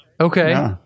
okay